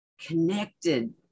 connected